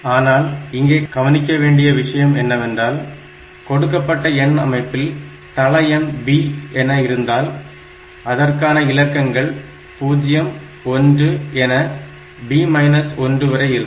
ஆனால் இங்கே கவனிக்கவேண்டிய விஷயம் என்னவென்றால் கொடுக்கப்பட்ட எண் அமைப்பில் தள எண் b என்றால் அதற்கான இலக்கங்கள் என்பது 0 1 என b 1 வரை இருக்கும்